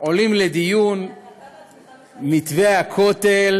עולים לדיון מתווה הכותל,